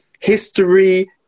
history